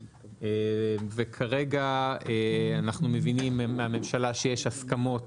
וכרגע אנחנו מבינים מהממשלה שיש הסכמות